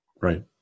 Right